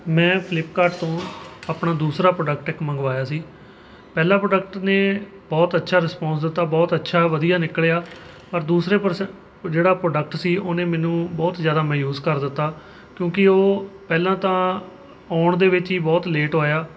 ਮੈਂ ਫਲਿਪਕਾਰਟ ਤੋਂ ਆਪਣਾ ਦੂਸਰਾ ਪ੍ਰੋਡਕਟ ਇੱਕ ਮੰਗਵਾਇਆ ਸੀ ਪਹਿਲਾਂ ਪ੍ਰੋਡਕਟ ਨੇ ਬਹੁਤ ਅੱਛਾ ਦਿੱਤਾ ਬਹੁਤ ਅੱਛਾ ਵਧੀਆ ਨਿਕਲਿਆ ਔਰ ਦੂਸਰੇ ਪਰਸ ਜਿਹੜਾ ਪ੍ਰੋਡਕਟ ਉਹਨੇ ਮੈਨੂੰ ਬਹੁਤ ਜ਼ਿਆਦਾ ਮਾਯੂਸ ਕਰ ਦਿੱਤਾ ਕਿਉਂਕਿ ਉਹ ਪਹਿਲਾਂ ਤਾਂ ਆਉਣ ਦੇ ਵਿੱਚ ਹੀ ਬਹੁਤ ਲੇਟ ਹੋਇਆ